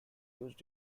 used